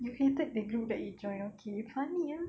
you hated the group that you join okay funny ah